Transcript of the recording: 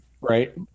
Right